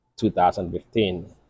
2015